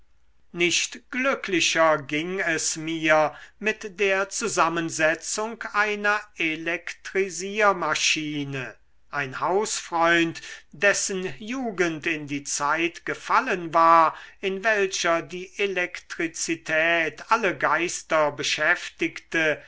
nicht glücklicher ging es mir mit der zusammensetzung einer elektrisiermaschine ein hausfreund dessen jugend in die zeit gefallen war in welcher die elektrizität alle geister beschäftigte